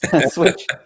switch